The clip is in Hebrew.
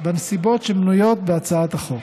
בנסיבות שמנויות בהצעת החוק.